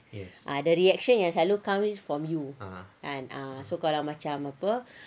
ah the reaction yang selalu comes from you ah so kalau macam ah apa